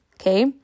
Okay